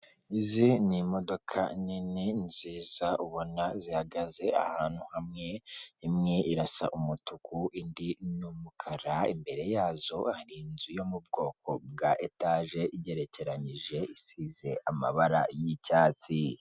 Izi ni imodoka nini nziza ubona zihagaze ahantu hamwe imwe irasa umutuku indi n'umukara; imbere yazo hari inzu yo mu bwoko bwa etaje igerekeranyije isize amabara y'icyatsi.